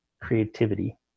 creativity